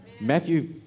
Matthew